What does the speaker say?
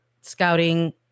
scouting